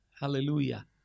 Hallelujah